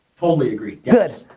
totally agree, yes.